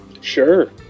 sure